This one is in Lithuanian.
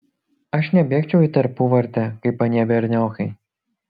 aš nebėgčiau į tarpuvartę kaip anie berniokai